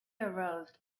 arose